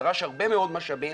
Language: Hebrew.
זה דרש הרבה מאוד משאבים.